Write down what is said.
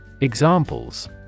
Examples